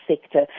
sector